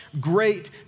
great